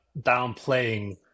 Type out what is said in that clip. downplaying